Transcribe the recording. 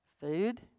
food